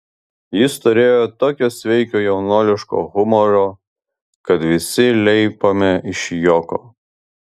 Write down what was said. jis turėjo tokio sveiko jaunuoliško humoro kad visi leipome iš juoko